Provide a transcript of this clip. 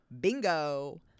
bingo